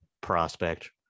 prospect